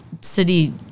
city